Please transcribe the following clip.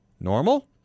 Normal